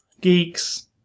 geeks